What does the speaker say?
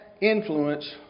influence